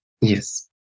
Yes